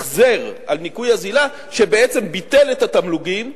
החזר על ניכוי אזילה, שבעצם ביטל את התמלוגים,